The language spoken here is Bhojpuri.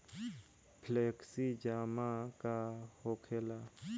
फ्लेक्सि जमा का होखेला?